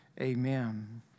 Amen